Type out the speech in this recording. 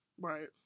Right